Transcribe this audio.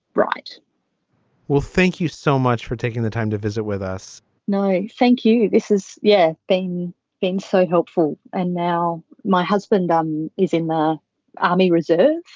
right well thank you so much for taking the time to visit with us no. thank you. this has yeah been been so helpful. and now my husband um is in the army reserve.